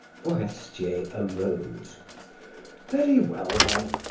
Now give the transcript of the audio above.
forestier arose very well, then,